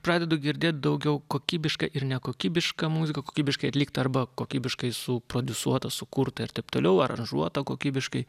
pradedu girdėt daugiau kokybiška ir nekokybiška muzika kokybiškai atlikta arba kokybiškai suprodisuota sukurta ir taip toliau aranžuota kokybiškai